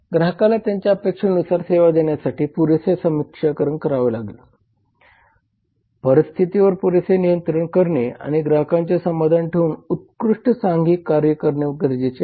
ग्राहकाला त्याच्या अपेक्षांनुसार सेवा देण्यासाठी पुरेसे सक्षमीकरण करणे परिस्थितीवर पुरेसे नियंत्रण करणे आणि ग्राहकांचे समाधान ठेवून उत्कृष्ट सांघिक कार्य करणे गरजेचे आहे